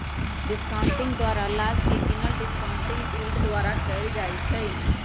discounting द्वारा लाभ के गिनल डिस्काउंटिंग यील्ड द्वारा कएल जाइ छइ